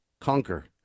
conquer